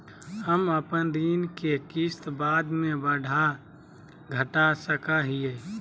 हम अपन ऋण के किस्त बाद में बढ़ा घटा सकई हियइ?